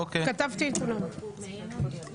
אני מסכימה.